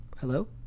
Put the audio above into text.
Hello